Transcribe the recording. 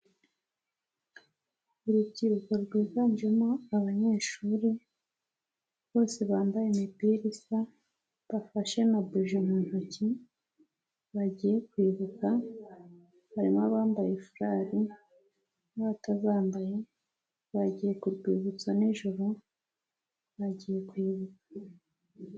Urubyiruko rwiganjemo abanyeshuri bose bambaye imipira isa, bafashe na buji mu ntoki, bagiye kwibuka, harimo abambaye furari, n'abatazambaye, bagiye ku rwibutso nijoro, bagiye kwibuka.